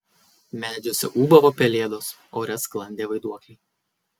medžiuose ūbavo pelėdos ore sklandė vaiduokliai